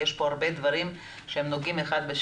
יש מענים מצוינים של